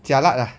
jialat lah